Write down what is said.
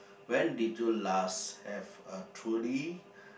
when did you last have a truly